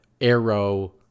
arrow